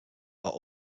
are